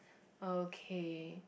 okay